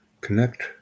Connect